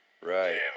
Right